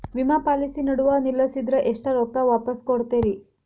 ವಿಮಾ ಪಾಲಿಸಿ ನಡುವ ನಿಲ್ಲಸಿದ್ರ ಎಷ್ಟ ರೊಕ್ಕ ವಾಪಸ್ ಕೊಡ್ತೇರಿ?